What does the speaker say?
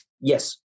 Yes